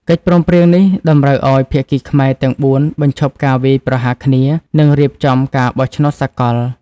កិច្ចព្រមព្រៀងនេះតម្រូវឱ្យភាគីខ្មែរទាំងបួនបញ្ឈប់ការវាយប្រហារគ្នា និងរៀបចំការបោះឆ្នោតសកល។